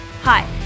Hi